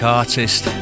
artist